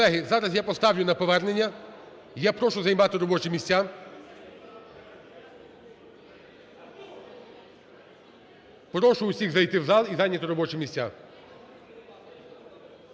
Колеги, зараз я поставлю на повернення. Я прошу займати робочі місця. Прошу всіх зайти у зал і зайняти робочі місця.